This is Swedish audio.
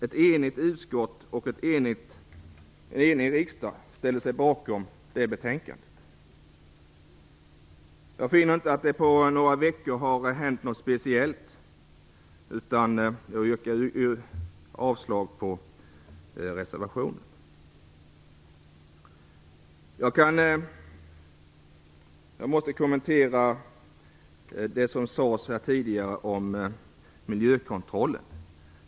Ett enigt utskott och en enig riksdag ställde sig bakom det betänkandet. Jag finner inte att det har hänt något speciellt på några veckor, utan jag yrkar avslag på reservationen. Jag måste kommentera det som sades här tidigare om miljökontrollen.